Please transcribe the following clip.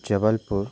Jabalpur